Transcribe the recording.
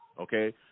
okay